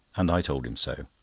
and i told him so.